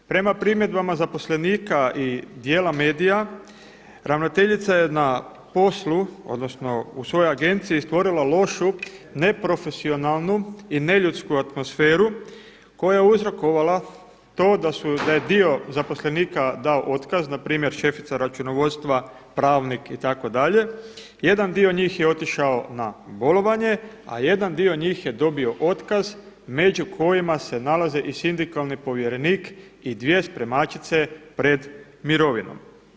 Prema primjedbama zaposlenika i djela medija, ravnateljica je na poslu odnosno u svojoj agenciji stvorila lošu, ne profesionalnu i neljudsku atmosferu koja je uzrokovala to da je dio zaposlenika dao otkaz, npr. šefica računovodstva, pravnik itd., jedan dio njih je otišao na bolovanje, a jedan dio njih je dobio otkaz među kojima se nalazi i sindikalni povjerenik i dvije spremačice pred mirovinom.